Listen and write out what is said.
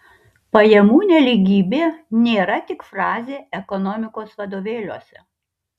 pajamų nelygybė nėra tik frazė ekonomikos vadovėliuose